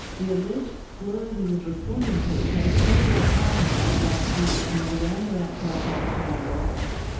the alleged slur he was responding to had occurred at a party late last year on the veranda outside dave tollner's office.